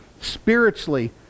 Spiritually